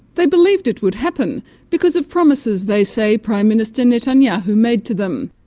they believed it would happen because of promises they say prime minister netanyahu made to them.